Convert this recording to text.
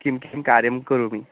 किं किं कार्यं करोमि